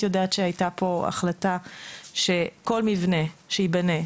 יודעת שהייתה פה החלטה שכל מבנה שייבנה,